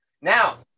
Now